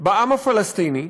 בעם הפלסטיני,